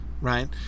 right